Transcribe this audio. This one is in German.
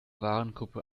warengruppe